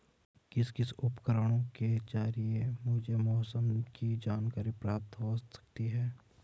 किस किस उपकरण के ज़रिए मुझे मौसम की जानकारी प्राप्त हो सकती है?